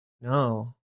no